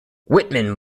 whitman